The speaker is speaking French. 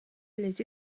les